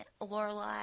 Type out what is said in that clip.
Lorelai